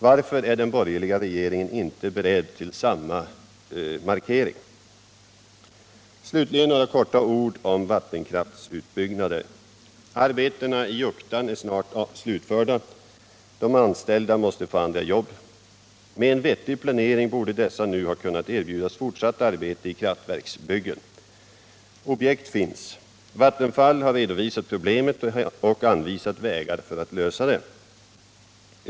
Varför är den borgerliga regeringen inte beredd till samma markering? Slutligen några ord om vattenkraftsutbyggnader. Arbetena i Juktan är snart slutförda. De anställda måste få andra jobb. Med en vettig planering borde dessa nu ha kunnat erbjudas fortsatt arbete i kraftverksbyggen. Objekt finns. Vattenfall har redovisat problemet och anvisar vägar för att lösa det.